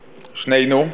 שנינו.